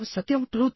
రెండవ సత్యం